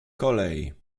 kolej